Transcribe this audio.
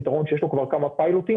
פתרון שיש לו כבר כמה פיילוטים,